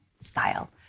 style